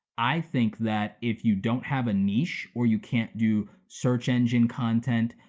i think that if you don't have a niche or you can't do search engine content,